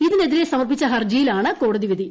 ഇതിനെതിരെ സമർപ്പിച്ച ഹർജിയിലാണ് കോടതി വിധി